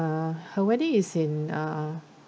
uh her wedding is in uh